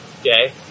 Okay